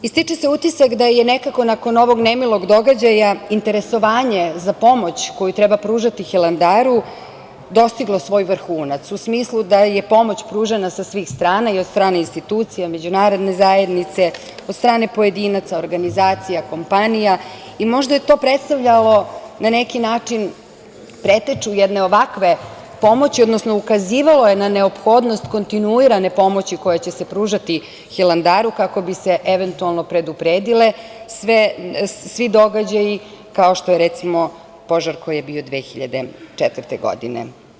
Stiče se utiska da je nekako nakon ovog nemilog događaja interesovanje za pomoć koju treba pružati Hilandaru dostiglo svoj vrhunac u smislu da je pomoć pružana sa svih strana, i od strane institucija, međunarodne zajednice, od strane pojedinaca, organizacija, kompanija i možda je to predstavljalo na neki način preteču jedne ovakve pomoći, odnosno ukazivalo je na neophodnost kontinuirane pomoći koja će se pružati Hilandaru kako bi se eventualno predupredile svi događaji, kao što je recimo požar koji je bio 2004. godine.